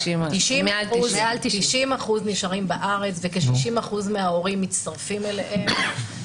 מעל 90%. 90% נשארים בארץ וכ-60% מההורים מצטרפים אליהם.